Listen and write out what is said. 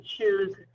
choose